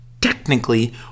technically